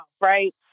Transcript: Right